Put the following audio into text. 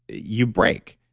you break.